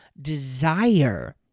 desire